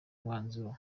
umwanzuro